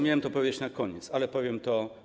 Miałem to powiedzieć na koniec, ale powiem to teraz.